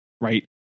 Right